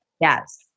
Yes